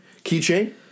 keychain